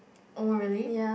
oh really